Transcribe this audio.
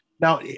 Now